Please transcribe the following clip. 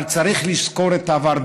אבל צריך לזכור את העבר.